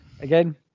again